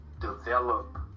develop